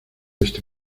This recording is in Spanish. este